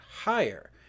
higher